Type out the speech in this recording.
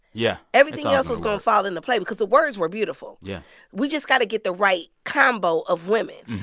yeah. everything else was going to fall into place because the words were beautiful yeah we just got to get the right combo of women.